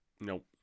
Nope